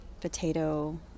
potato